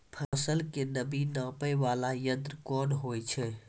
फसल के नमी नापैय वाला यंत्र कोन होय छै